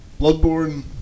Bloodborne